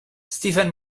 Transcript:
stephen